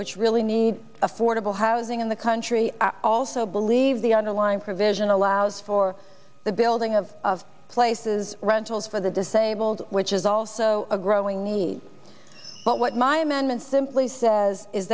which really need affordable housing in the country i also believe the underlying provision allows for the building of places rentals for the disabled which is also a growing need but what my amendment simply says is